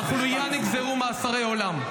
על החוליה נגזרו מאסרי עולם,